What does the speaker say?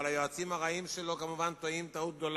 אבל היועצים הרעים שלו טועים כמובן טעות גדולה: